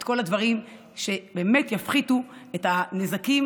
את כל הדברים שבאמת יפחיתו את הנזקים